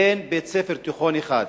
ואין בית-ספר תיכון אחד.